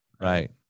Right